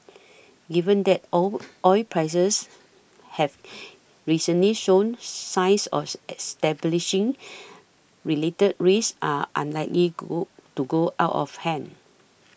given that oil prices have recently showed signs of establishing related risks are unlikely go to go out of hand